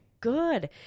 good